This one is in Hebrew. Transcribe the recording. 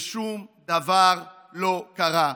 ושום דבר לא קרה.